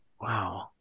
Wow